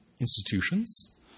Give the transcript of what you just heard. institutions